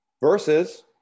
versus